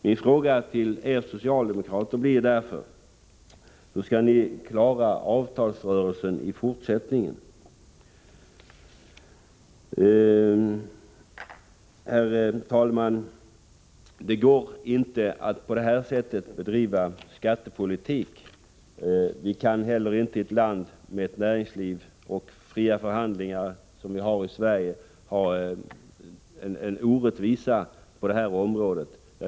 Min fråga till er socialdemokrater blir därför: Hur skall ni klara avtalsrörelserna i fortsättningen? Det går inte att bedriva skattepolitik på det här sättet. Vi kan inte heller i ett land med ett näringsliv och fria förhandlingar, som vi ju har i Sverige, leva med sådana orättvisor på detta område.